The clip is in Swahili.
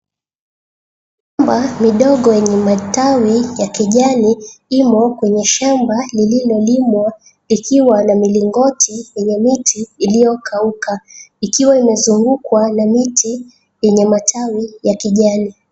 Migomba midogo yenye matawi ya kijani imo kwenye shamba lililolimwa ikiwa na milingoti na miti iliyokauka, ikiwa imezungukwa na miti yenye matawi ya kijani.